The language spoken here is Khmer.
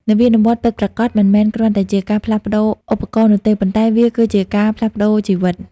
នវានុវត្តន៍ពិតប្រាកដមិនមែនគ្រាន់តែជាការផ្លាស់ប្តូរឧបករណ៍នោះទេ ប៉ុន្តែវាគឺជាការផ្លាស់ប្តូរជីវិត។